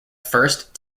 first